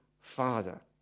father